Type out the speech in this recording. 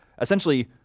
Essentially